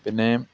പിന്നെ